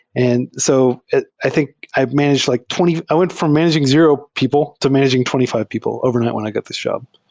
and so i think i've managed like twenty i went from managing zero people to managing twenty five people overnight when i get this job.